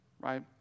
right